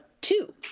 two